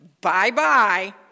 Bye-bye